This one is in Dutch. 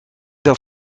dat